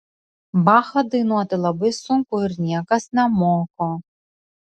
bachą dainuoti labai sunku ir niekas nemoko